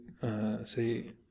say